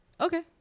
Okay